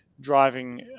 driving